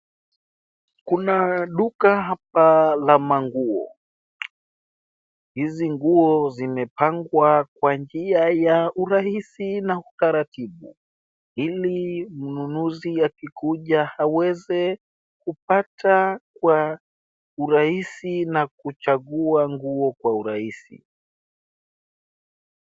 Kuna duka hapa la manguo, hizi nguo zimepapangwa kwa njia ya urahisi na utaratibu ili mnunuzi akikuja aweze kupata kwa urahisi na aweze kuchagua nguo kwa urahisi.